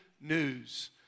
news